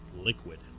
liquid